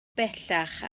bellach